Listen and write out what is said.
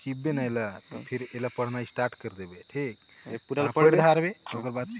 कोनो मइनसे हर ओपन कटेगरी में सहर में बयपार करेक चाहत अहे तेला पंदरा परतिसत तक छूट मिलथे